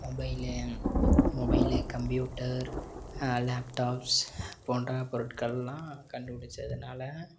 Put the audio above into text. mobile mobile computer laptops போன்ற பொருட்கள் எல்லாம் கண்டுபிடிச்சதுனால